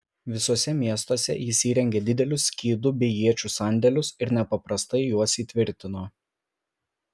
visuose miestuose jis įrengė didelius skydų bei iečių sandėlius ir nepaprastai juos įtvirtino